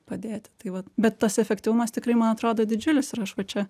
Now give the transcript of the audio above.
padėti tai vat bet tas efektyvumas tikrai man atrodo didžiulis ir aš va čia